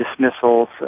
dismissals